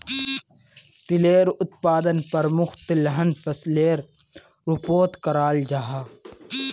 तिलेर उत्पादन प्रमुख तिलहन फसलेर रूपोत कराल जाहा